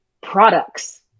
products